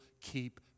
keep